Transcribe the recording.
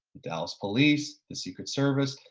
the dallas police, the secret service,